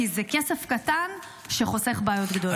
כי זה כסף קטן שחוסך בעיות גדולות.